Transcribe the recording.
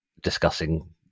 discussing